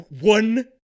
one